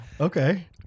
Okay